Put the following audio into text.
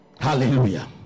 Hallelujah